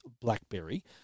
BlackBerry